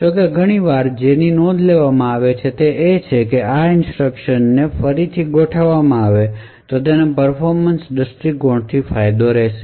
જો કે ઘણી વાર જેની નોંધ લેવામાં આવી છે તે એ છે કે જો આ ઇન્સટ્રકશન ફરીથી ગોઠવવામાં આવે તો તે પર્ફોમન્સના દ્રષ્ટિકોણથી ફાયદાકારક રહેશે